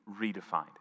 redefined